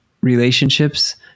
relationships